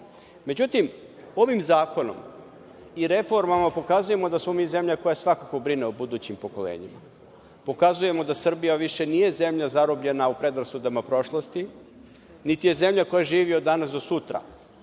Srbije.Međutim, ovim zakonom, i reformama pokazujemo da smo mi zemlja koja, svakako, brine o budućim pokolenjima. Pokazujemo da Srbija više nije zemlja zarobljena u predrasudama prošlosti, niti je zemlja koja živi od danas do sutra,